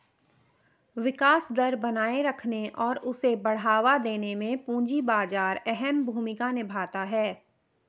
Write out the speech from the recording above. विकास दर बनाये रखने और उसे बढ़ावा देने में पूंजी बाजार अहम भूमिका निभाता है